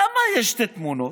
למה יש שתי תמונות?